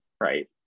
right